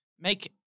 make